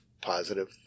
positive